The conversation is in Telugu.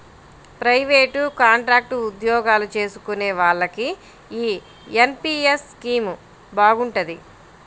ప్రయివేటు, కాంట్రాక్టు ఉద్యోగాలు చేసుకునే వాళ్లకి యీ ఎన్.పి.యస్ స్కీమ్ బాగుంటది